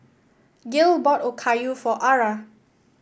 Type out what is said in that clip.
Gil bought Okayu for Ara